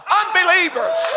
unbelievers